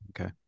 Okay